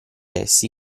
essi